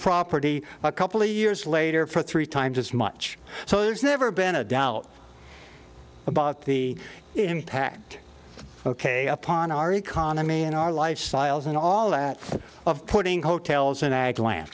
property a couple of years later for three times as much so there's never been a doubt about the impact ok upon our economy and our lifestyles and all that of putting hotels in ag lan